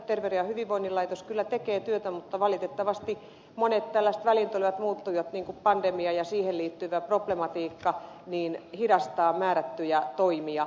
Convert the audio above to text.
terveyden ja hyvinvoinnin laitos kyllä tekee työtä mutta valitettavasti monet tällaiset väliintulevat muuttujat niin kuin pandemia ja siihen liittyvä problematiikka hidastavat määrättyjä toimia